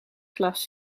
glas